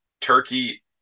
Turkey